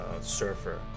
surfer